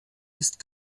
ist